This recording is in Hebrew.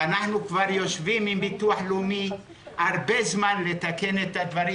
אנחנו כבר דנים עם הביטוח הלאומי זמן רב לתקן את הדברים,